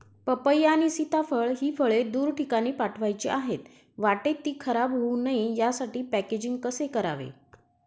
पपई आणि सीताफळ हि फळे दूर ठिकाणी पाठवायची आहेत, वाटेत ति खराब होऊ नये यासाठी पॅकेजिंग कसे करावे?